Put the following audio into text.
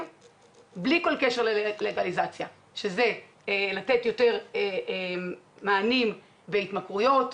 בלי כל קשר ללגליזציה שזה לתת יותר מענים בהתמכרויות,